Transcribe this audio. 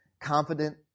confident